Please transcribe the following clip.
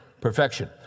perfection